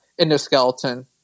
endoskeleton